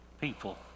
people